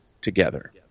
together